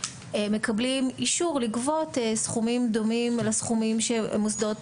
מקבלים אישור לגבות סכומים דומים לסכומים שמוסדות